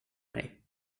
mig